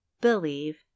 believe